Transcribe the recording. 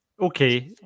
Okay